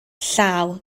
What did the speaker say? llaw